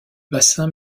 bassin